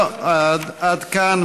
לא, עד כאן.